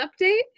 update